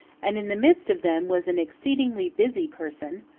and in the midst of them was an exceedingly busy person,